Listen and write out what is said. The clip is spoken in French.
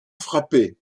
frappé